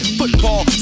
football